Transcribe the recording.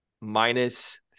Minus